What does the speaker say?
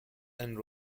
and